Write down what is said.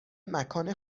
مکان